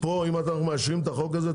פה אם אנחנו מאשרים את החוק הזה,